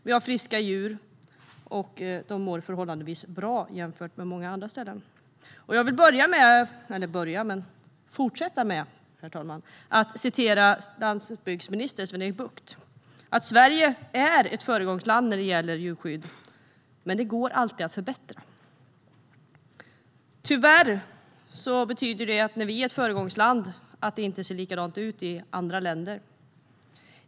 Vi har friska djur, och de mår förhållandevis bra jämfört med hur det är på många andra ställen. Jag vill fortsätta mitt anförande med att återge något som landsbygdsminister Sven-Erik Bucht har sagt: Sverige är ett föregångsland när det gäller djurskydd, men det går alltid att förbättra. Att vi är ett föregångsland betyder tyvärr att det inte ser likadant ut i andra länder.